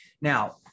Now